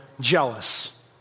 jealous